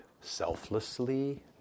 selflessly